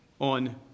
on